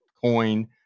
coin